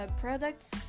products